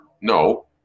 no